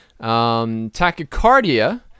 Tachycardia